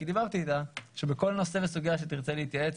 כי דיברתי איתה שבכל נושא וסוגיה שתרצה להתייעץ,